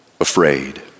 afraid